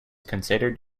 considered